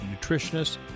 nutritionists